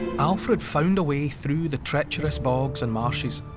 alfred found a way through the treacherous bogs and marshes.